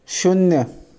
शुन्य